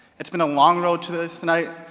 it's been a long road to this night.